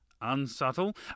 unsubtle